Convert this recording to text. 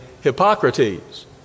Hippocrates